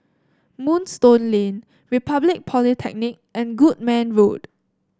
Moonstone Lane Republic Polytechnic and Goodman Road